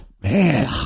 Man